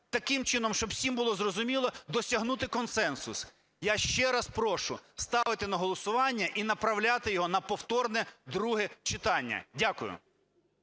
таким чином, щоб всім було зрозуміло, досягнути консенсус. Я ще раз прошу ставити на голосування і направляти його на повторне друге читання. Дякую.